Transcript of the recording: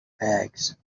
bags